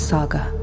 Saga